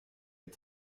est